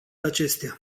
acestea